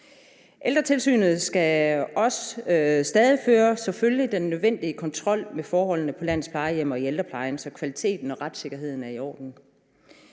Ældretilsynet skal selvfølgelig også stadig føre den nødvendige kontrol med forholdene på landets plejehjem og i ældreplejen, så kvaliteten og retssikkerheden er i orden.